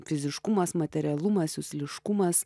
fiziškumas materialumas jusliškumas